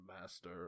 master